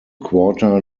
quarter